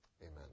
amen